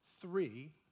three